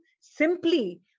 simply